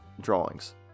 drawings